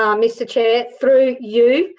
um mr chair. through you,